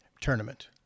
tournament